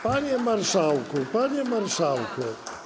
Panie marszałku, panie marszałku.